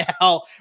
now